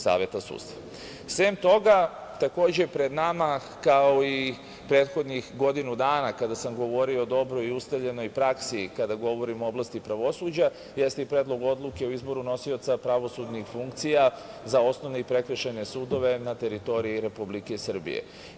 Sem toga, takođe pred nama, kao i prethodnih godinu dana kada sam govorio o dobroj i ustaljenoj praksi, kada govorim o oblasti pravosuđa, jeste i Predlog odluke o izboru nosioca pravosudnih funkcija za osnovne i prekršajne sudove na teritoriji Republike Srbije.